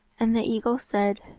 and the eagle said,